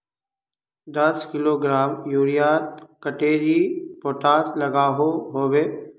दस किलोग्राम यूरियात कतेरी पोटास लागोहो होबे?